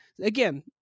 again